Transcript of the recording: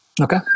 Okay